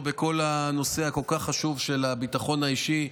בכל הנושא הכל-כך חשוב של הביטחון האישי,